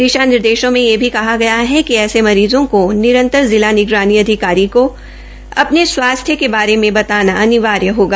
दिशा निर्देशों में यह भी कहा गया है कि ऐसे मरीज़ो को निरंतर जिला निगरानी अधिकारी को अधिने स्वास्थ्य के बारे में बताना अनिवार्य होगा